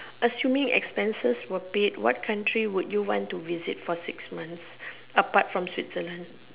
assuming expenses were paid what country would you want to visit for six months apart from Switzerland